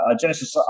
Genesis